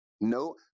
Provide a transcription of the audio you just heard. No